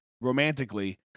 romantically